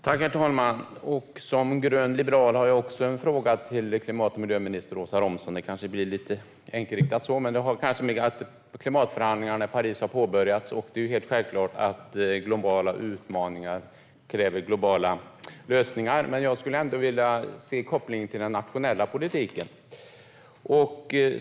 Herr talman! Som grön liberal har också jag en fråga till klimat och miljöminister Åsa Romson. Det kanske blir lite enkelriktat, men det har möjligen att göra med att klimatförhandlingarna i Paris har påbörjats. Det är helt självklart att globala utmaningar kräver globala lösningar, men jag skulle vilja se kopplingen till den nationella politiken.